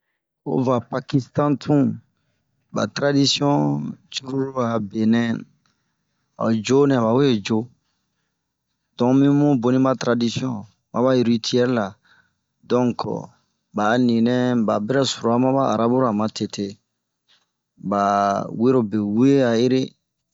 Oyi va Pakistan tun ,ba taradisiɔn cururu abenɛ ,ho yoo nɛ ba we yo, donke bun boni ba taradisiɔn, maba ritiɛle ra. Donke ba a ninɛ ba bira sura maba arabu ra matete. ba werobe wure a'ere.